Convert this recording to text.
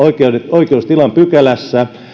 oikeustilan pykälässä